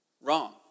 Wrong